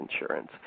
insurance